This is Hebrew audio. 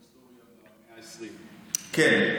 כן,